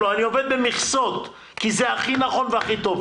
תכף נגיע לעובדים עם